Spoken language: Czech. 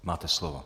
Máte slovo.